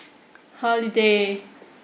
holiday